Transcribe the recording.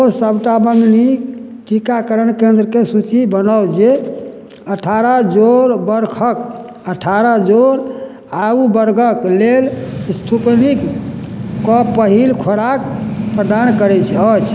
ओ सबटा मँगनी टीकाकरण केंद्रके सूची बनाउ जे अठारह जोड़ बरखक अठारह जोड़ आयु वर्गक लेल स्पूतनिकके पहिल खुराक प्रदान करैत अछि